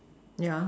ya